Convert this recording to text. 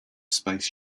space